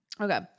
Okay